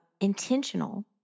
intentional